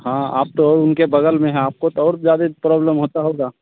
हाँ आप तो औ उनके बगल में हैं आपको तो और ज़्यादा प्रॉब्लम होता होगा